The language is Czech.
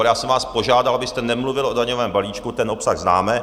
Já jsem vás požádal, abyste nemluvil o daňovém balíčku, ten obsah známe.